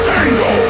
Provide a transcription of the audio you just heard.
Tango